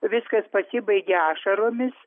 viskas pasibaigia ašaromis